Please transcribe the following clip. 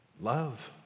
Love